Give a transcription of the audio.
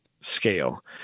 scale